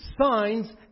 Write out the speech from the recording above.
signs